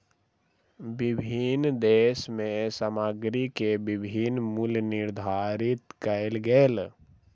विभिन्न देश में सामग्री के विभिन्न मूल्य निर्धारित कएल गेल